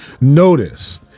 Notice